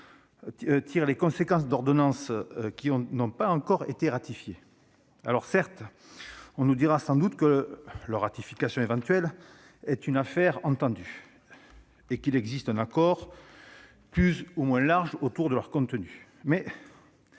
tirent les conséquences d'ordonnances qui n'ont pas encore été ratifiées. Exactement ! On nous dira sans doute que leur ratification éventuelle est une affaire entendue, et qu'il existe un accord plus ou moins large autour de leur contenu,